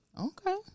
Okay